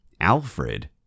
Alfred